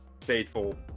faithful